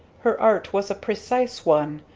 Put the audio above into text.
her art was a precise one,